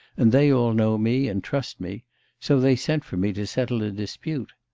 and they all know me, and trust me so they sent for me to settle a dispute.